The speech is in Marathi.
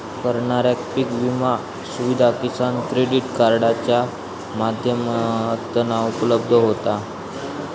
करणाऱ्याक पीक विमा सुविधा किसान क्रेडीट कार्डाच्या माध्यमातना उपलब्ध होता